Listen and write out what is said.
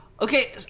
Okay